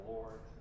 Lord